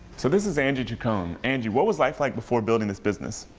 so this is angie chacon. angie, what was life like before building this business?